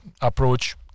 approach